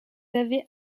avez